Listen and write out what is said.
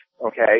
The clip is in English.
okay